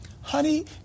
Honey